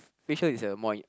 facial is a more